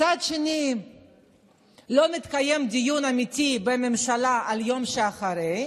מצד שני לא מתקיים דיון אמיתי בממשלה על היום שאחרי.